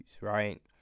right